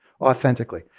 authentically